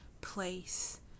place